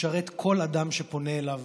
משרת כל אדם שפונה אליו